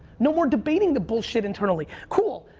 no more debating the bullshit internally. cool.